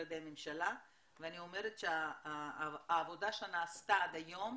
למשרדי הממשלה ואני אומרת שהעבודה שנעשתה עד היום,